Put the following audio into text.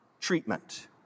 treatment